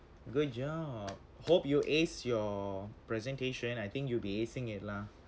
good job hope you ace your presentation I think you will be acing it lah